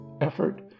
effort